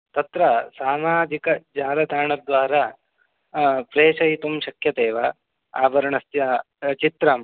तत्र सामाजिकजालताणद्वारा प्रेषयितुं शक्यते आभरणस्य चित्रम्